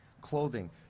clothing